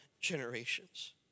generations